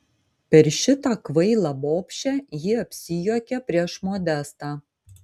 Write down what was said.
per šitą kvailą bobšę ji apsijuokė prieš modestą